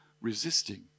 resisting